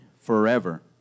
forever